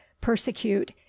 persecute